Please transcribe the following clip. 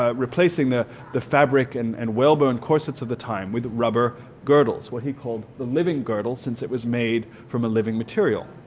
ah replacing the the fabric and and whale bone corsets of the time with rubber girdles, what he called the living girdle since it was made from a material.